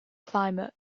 climate